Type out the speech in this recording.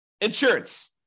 insurance